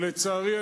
לצערי,